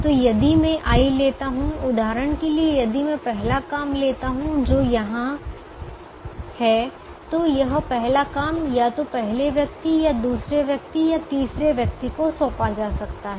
तो यदि मैं i लेता हूं उदाहरण के लिए यदि मैं पहला काम लेता हूं जो यहां है तो यह पहला काम या तो पहले व्यक्ति या दूसरे व्यक्ति या तीसरे व्यक्ति को सौंपा जा सकता है